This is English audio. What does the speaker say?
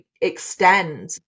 extend